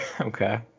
Okay